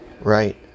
Right